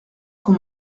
qu’on